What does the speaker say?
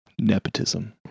Nepotism